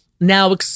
now